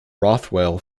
rothwell